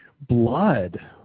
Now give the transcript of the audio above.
Blood